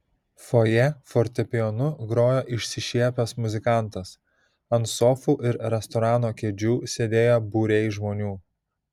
fojė fortepijonu grojo išsišiepęs muzikantas ant sofų ir restorano kėdžių sėdėjo būriai žmonių